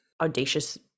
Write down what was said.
audacious